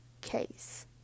case